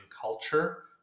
culture